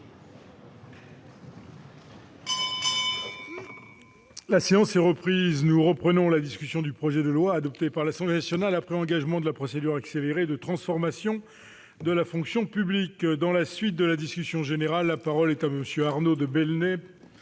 La séance est reprise. Nous poursuivons la discussion du projet de loi, adopté par l'Assemblée nationale après engagement de la procédure accélérée, de transformation de la fonction publique. Dans la suite de la discussion générale, la parole est à M. Arnaud de Belenet.